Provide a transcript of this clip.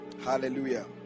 Hallelujah